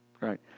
right